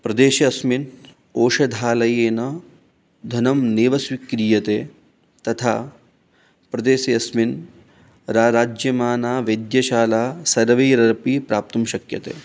प्रदेशे अस्मिन् औषधालयेन धनं नैव स्वीक्रियते तथा प्रदेशे अस्मिन् राराजमाना वैद्यशाला सर्वैर्रपि प्राप्तुं शक्यते